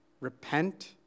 repent